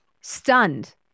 stunned